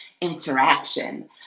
interaction